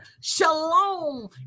shalom